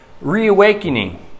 reawakening